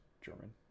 German